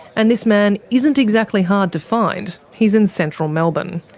and this man isn't exactly hard to find, he's in central melbourne.